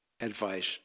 advice